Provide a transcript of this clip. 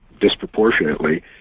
disproportionately